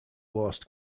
lost